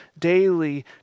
daily